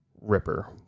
Ripper